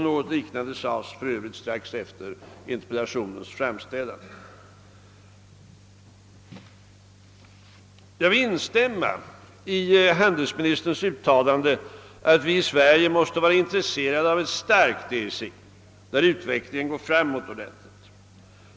Något liknande sades för övrigt strax efter interpellationen framställande. Jag vill instämma i handelsminis” terns uttalande att vi i Sverige måste vara intresserade av ett starkt EEC där utvecklingen går framåt ordentligt.